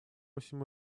всему